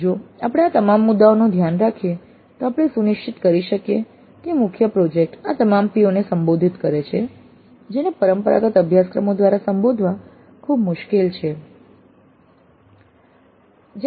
જો આપણે આ તમામ મુદ્દાઓનું ધ્યાન રાખીએ તો આપણે સુનિશ્ચિત કરી શકીએ કે મુખ્ય પ્રોજેક્ટ આ તમામ POને સંબોધિત કરે છે જેને પરંપરાગત અભ્યાસક્રમો દ્વારા સંબોધવા ખૂબ મુશ્કેલ છે